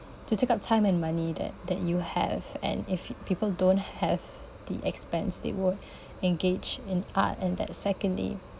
to take up time and money that that you have and if people don't have the expense they won't engage in art and that secondly